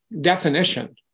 definition